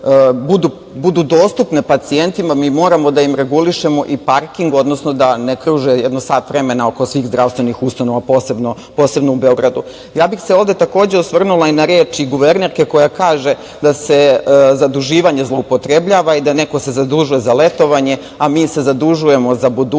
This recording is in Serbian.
budu dostupne pacijentima, mi moramo da im regulišemo i parking, odnosno da ne kruže jedno sat vremena oko svih zdravstvenih ustanova, posebno u Beogradu. Ja bih se ovde takođe osvrnula i ne reči guvernerke, koja kaže da se zaduživanje zloupotrebljava i da se neko zadužuje za letovanje, a mi se zadužujemo za budućnost.